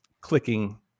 clicking